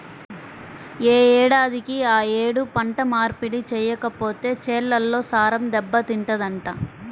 యే ఏడాదికి ఆ యేడు పంట మార్పిడి చెయ్యకపోతే చేలల్లో సారం దెబ్బతింటదంట